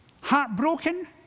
Heartbroken